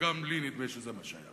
וגם לי נדמה שזה מה שהיה.